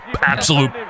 Absolute